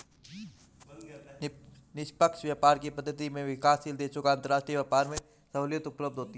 निष्पक्ष व्यापार की पद्धति से विकासशील देशों को अंतरराष्ट्रीय व्यापार में सहूलियत उपलब्ध होती है